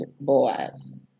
Boaz